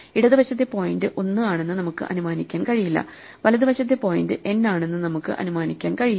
ഇടത് വശത്തെ പോയിന്റ് 1 ആണെന്ന് നമുക്ക് അനുമാനിക്കാൻ കഴിയില്ല വലത് വശത്തെ പോയിന്റ് n ആണെന്ന് നമുക്ക് അനുമാനിക്കാൻ കഴിയില്ല